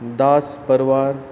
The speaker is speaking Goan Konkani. दास परवार